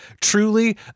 truly